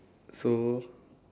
so